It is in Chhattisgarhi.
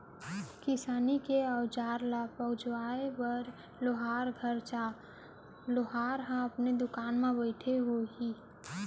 किसानी के अउजार ल पजवाए बर लोहार घर जा, लोहार ह अपने दुकान म बइठे होही